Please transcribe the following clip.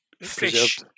fish